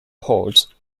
port